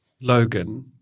Logan